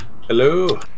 Hello